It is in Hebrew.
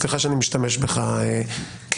סליחה שאני משתמש בך כמוצג,